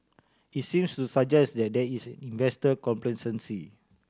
it's seems to suggest that there is investor complacency